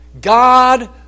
God